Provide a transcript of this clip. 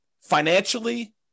financially